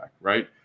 right